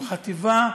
או חטיבה,